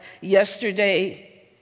yesterday